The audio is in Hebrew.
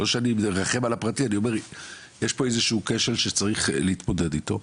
לא שאני מרחם על הפרטי אבל יש פה איזשהו כשל שצריך להתמודד איתו.